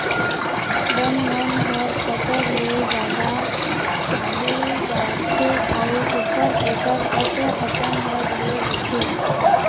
बन मन हर फसल ले जादा हालू बाड़थे अउ ओखर पोषण तत्व अपन हर ले लेथे